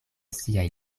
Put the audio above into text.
siaj